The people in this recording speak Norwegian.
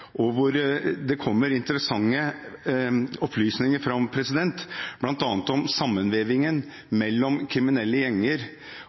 og hvor det kommer fram interessante opplysninger, bl.a. om sammenvevingen mellom kriminelle gjenger